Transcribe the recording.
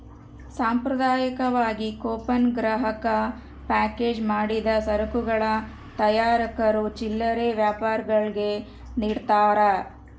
ಸಾಂಪ್ರದಾಯಿಕವಾಗಿ ಕೂಪನ್ ಗ್ರಾಹಕ ಪ್ಯಾಕೇಜ್ ಮಾಡಿದ ಸರಕುಗಳ ತಯಾರಕರು ಚಿಲ್ಲರೆ ವ್ಯಾಪಾರಿಗುಳ್ಗೆ ನಿಡ್ತಾರ